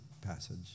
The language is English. passage